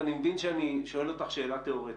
ואני מבין שאני שואל אותך שאלה תיאורטית,